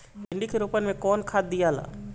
भिंदी के रोपन मे कौन खाद दियाला?